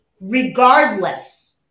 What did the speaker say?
regardless